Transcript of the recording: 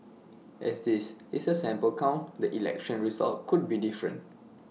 as this is A sample count the election result could be different